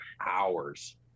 hours